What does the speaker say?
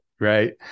Right